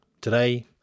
today